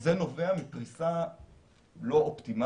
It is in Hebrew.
הגדיר את כל הקפיצה בדיוק האלגוריתמיקה כמהפכה.